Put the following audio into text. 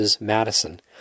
Madison